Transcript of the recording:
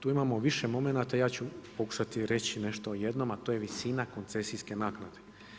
Tu imamo više momenata i ja ću pokušati reći nešto o jednom, a to je visina koncesijske naknade.